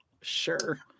Sure